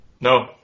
No